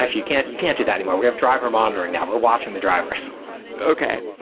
ah you can't you can't do that anymore. we have driver monitoring now. we're watching the drivers okay.